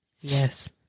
Yes